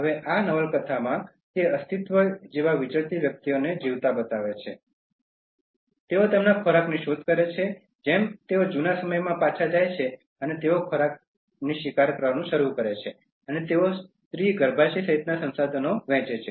હવે આ નવલકથામાં તે અસ્તિત્વ જેવા વિચરતી વ્યક્તિને જીવતા બતાવે છે તેઓ તેમના ખોરાકની શોધ કરે છે જેમ તેઓ જૂના સમયમાં પાછા જાય છે અને તેઓ ખોરાકની શિકાર કરવાનું શરૂ કરે છે અને તેઓ સ્ત્રી ગર્ભાશય સહિતના સંસાધનો વહેંચે છે